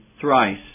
thrice